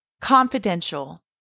confidential